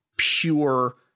pure